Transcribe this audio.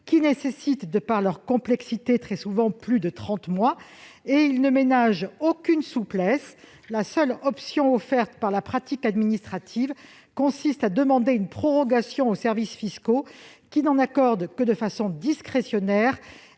qui nécessitent très souvent, par leur complexité, plus de trente mois ; d'autre part, il ne ménage aucune souplesse : la seule option offerte par la pratique administrative consiste à demander une prorogation aux services fiscaux, qui n'en accordent que de façon discrétionnaire